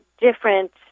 different